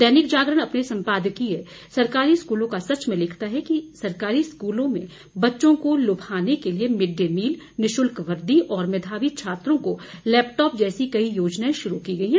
दैनिक जागरण अपने संपादकीय सरकारी स्कूलों का सच में लिखा है कि सरकारी स्कूलों में बच्चों को लुभाने के लिए मिड डे मिल निःशुल्क वर्दी और मेधावी छात्रों को लैपटॉप जैसी कई योजनाए शुरू की गई है